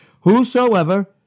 Whosoever